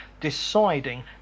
deciding